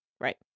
Right